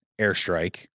airstrike